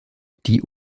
die